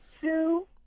two